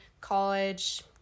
college